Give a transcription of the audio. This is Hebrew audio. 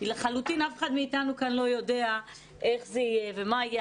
אף אחד מאתנו לא יודע איך זה יהיה ומה יהיה.